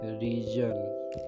region